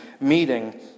meeting